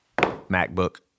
MacBook